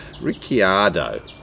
Ricciardo